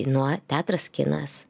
nuo teatras kinas